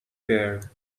bear